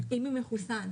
אם הוא מחוסן.